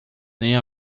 nem